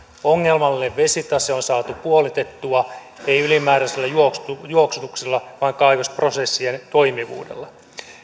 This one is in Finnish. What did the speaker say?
ongelmallinen vesitase on saatu puolitettua ei ylimääräisellä juoksutuksella juoksutuksella vaan kaivosprosessien toimivuudella